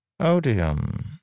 Odium